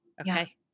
Okay